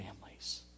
families